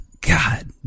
God